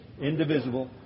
indivisible